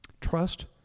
Trust